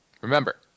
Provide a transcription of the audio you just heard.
Remember